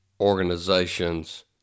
organizations